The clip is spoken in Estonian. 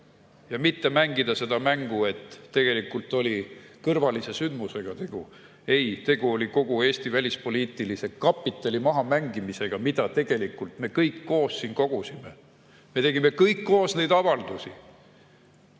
ja mitte mängida seda mängu, et tegelikult oli tegu kõrvalise sündmusega. Ei, tegu oli kogu Eesti välispoliitilise kapitali mahamängimisega, mida me kõik koos siin kogusime. Me tegime kõik koos neid avaldusi.